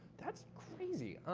that's crazy.